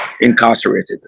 incarcerated